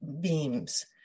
beams